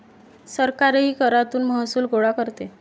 सरकारही करातून महसूल गोळा करते